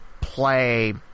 play